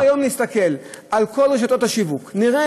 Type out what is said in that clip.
גם היום נסתכל על כל רשתות השיווק ונראה